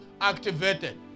activated